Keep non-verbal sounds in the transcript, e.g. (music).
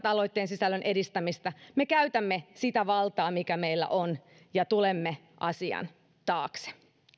(unintelligible) aloitteen sisällön edistämistä me käytämme sitä valtaa mikä meillä on ja tulemme asian taakse